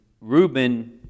Reuben